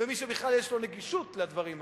ומי שבכלל יש לו נגישות לדברים האלה.